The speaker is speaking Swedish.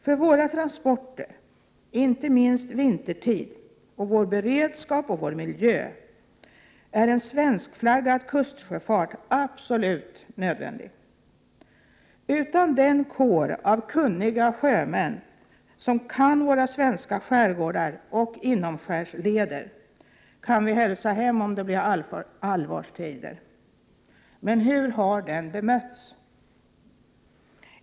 För våra transporter, inte minst vintertid, och för vår beredskap och vår miljö är en svenskflaggad kustsjöfart absolut nödvändig. Utan den kår av kunniga sjömän som kan våra svenska skärgårdar och inomskärsleder kan vi hälsa hem om det blir allvarstider. Men hur har denna kår bemötts?